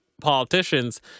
politicians